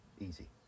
easy